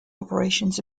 operations